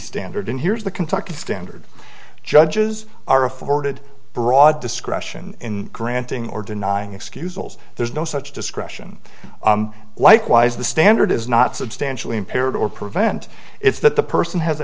standard in here is the kentucky standard judges are afforded broad discretion in granting or denying excuse there's no such discretion likewise the standard is not substantially impaired or prevent if that the person has a